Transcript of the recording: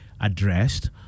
addressed